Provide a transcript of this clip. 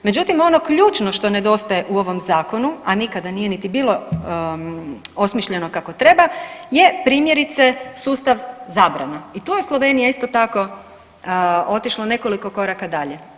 Međutim, ono ključno što nedostaje u ovom zakonu, a nikada nije niti bilo osmišljeno kako treba je primjerice sustav zabrana i tu je Slovenija isto tako otišla u nekoliko koraka dalje.